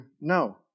No